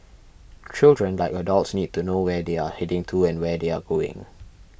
children like adults need to know where they are heading to and where they are going